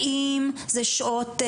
האם זה שעות פסיכולוג?